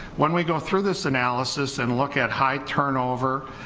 when we go through this analysis and look at high turnover,